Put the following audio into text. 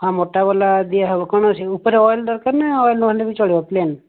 ହଁ ମୋଟାବାଲା ଦିଆ ହବ କଣ ସେଇ ଉପରେ ଅଏଲ୍ ଦରକାର ନା ଅଏଲ୍ ନହେଲେ ବି ଚଳିବ ପ୍ଲେନ୍